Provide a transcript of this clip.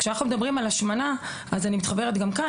כשאנחנו מדברים על השמנה אני מתחברת גם כאן,